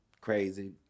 crazy